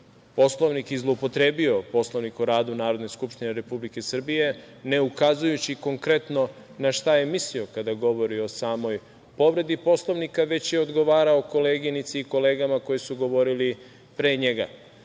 Poslovnik i zloupotrebio Poslovnik o radu Narodne skupštine Republike Srbije, ne ukazujući konkretno na šta je mislio kada govori o samoj povredi Poslovnika, već je odgovarao koleginici i kolegama koji su govorili pre njega